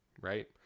right